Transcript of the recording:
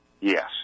Yes